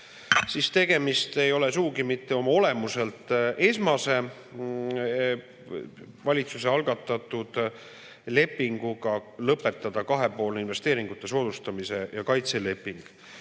et tegemist ei ole sugugi mitte oma olemuselt esmase valitsuse algatatud lepinguga lõpetada kahepoolne investeeringute soodustamise ja kaitse leping.